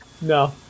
no